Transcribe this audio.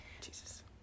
Jesus